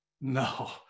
No